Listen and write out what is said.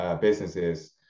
businesses